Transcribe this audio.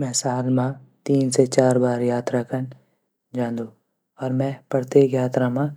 मि साल मा तीन से चार बार यात्रा करदू। मै प्रत्येक यात्रा मैं